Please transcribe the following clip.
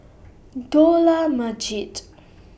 Dollah Majid